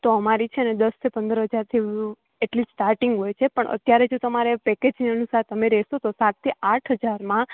તો અમારી છેને પંદર હજારથી એટલી જ સ્ટારટિંગ હોય છે પણ અત્યારે જો તમારે પેકેજની અનુસાર તમે રહેશો તો સાતથી આઠ હજારમાં